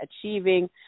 achieving